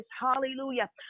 Hallelujah